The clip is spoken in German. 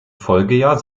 folgejahr